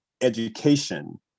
education